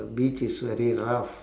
the beach is very rough